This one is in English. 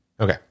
Okay